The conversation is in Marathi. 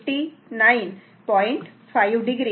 5 o असे आहे आणि V2 76